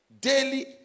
daily